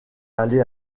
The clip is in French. aller